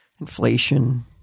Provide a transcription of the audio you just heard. inflation